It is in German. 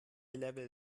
level